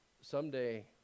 someday